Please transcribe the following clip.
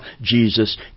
Jesus